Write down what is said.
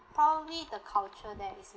probably the culture there is